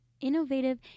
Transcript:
innovative